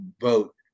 vote